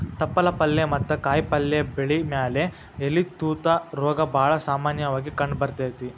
ತಪ್ಪಲ ಪಲ್ಲೆ ಮತ್ತ ಕಾಯಪಲ್ಲೆ ಬೆಳಿ ಮ್ಯಾಲೆ ಎಲಿ ತೂತ ರೋಗ ಬಾಳ ಸಾಮನ್ಯವಾಗಿ ಕಂಡಬರ್ತೇತಿ